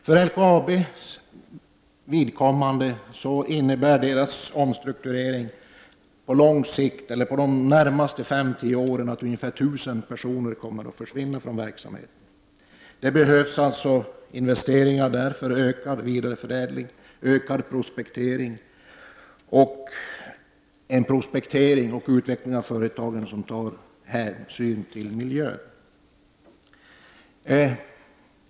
För LKABs vidkommande innebär företagets omstrukturering de närmaste 5-10 åren att ungefär 1 000 personer kommer att försvinna från verksamheten. Där behövs alltså investeringar för ökad vidareförädling, ökad prospektering och en prospektering och utveckling av företaget som tar hänsyn till miljön.